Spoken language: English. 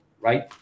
right